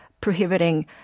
prohibiting